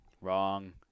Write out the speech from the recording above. Wrong